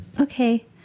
Okay